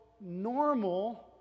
normal